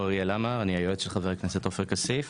אני היועץ של חבר הכנסת עופר כסיף.